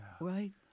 Right